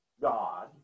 God